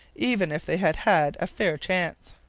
even if they had had a fair chance.